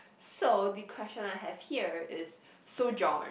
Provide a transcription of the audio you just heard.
so the question I have here is so John